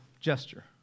gesture